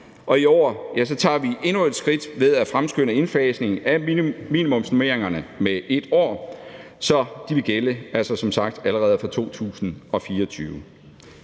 og i år tager vi endnu et skridt ved at fremskynde indfasningen af minimumsnormeringerne med 1 år, så de som sagt vil gælde allerede fra 2024.